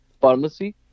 pharmacy